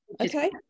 Okay